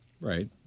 right